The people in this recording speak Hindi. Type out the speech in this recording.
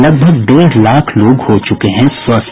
लगभग डेढ़ लाख लोग हो चुके हैं स्वस्थ